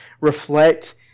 reflect